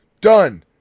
done